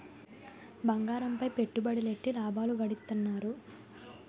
బంగారంపై పెట్టుబడులెట్టి లాభాలు గడిత్తన్నారు